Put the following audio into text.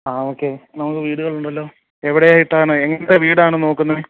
ആ ഓക്കെ നമുക്ക് വീടുകളുണ്ടല്ലോ എവിടെയായിട്ടാണ് എങ്ങനത്തെ വീടാണ് നോക്കുന്നത്